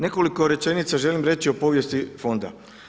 Nekoliko rečenica želim reći o povijesti fonda.